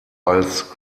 als